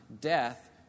Death